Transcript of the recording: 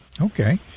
Okay